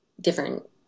different